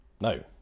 No